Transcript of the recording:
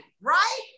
right